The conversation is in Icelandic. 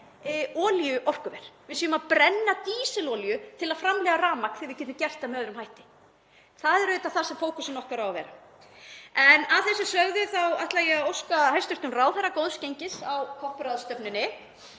olíuorkuver, við séum að brenna dísilolíu til að framleiða rafmagn sem við getum gert með öðrum hætti. Það er auðvitað þar sem fókusinn okkar á að vera. En að þessu sögðu þá ætla ég að óska hæstv. ráðherra góðs gengis á COP-ráðstefnunni.